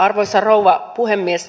arvoisa rouva puhemies